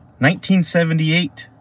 1978